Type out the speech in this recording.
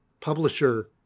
publisher